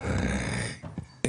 מה זה משרד הביטחון?